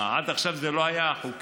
מה, עד עכשיו זה לא היה חוקי?